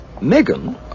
Megan